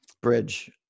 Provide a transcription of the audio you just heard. Bridge